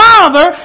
Father